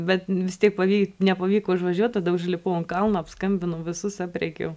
bet vis tiek pavy nepavyko užvažiuot tada užlipau ant kalno apskambinau visus aprėkiau